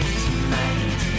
tonight